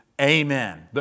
Amen